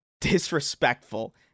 disrespectful